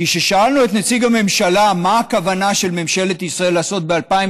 כששאלנו את נציג הממשלה מה הכוונה של ממשלת ישראל לעשות ב-2018,